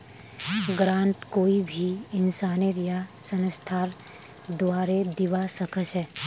grant कोई भी इंसानेर या संस्थार द्वारे दीबा स ख छ